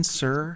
sir